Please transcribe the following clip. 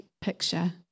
picture